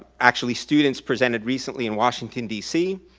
actually students presented recently in washington d c.